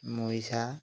মৰিষা